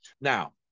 Now